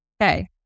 Okay